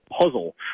puzzle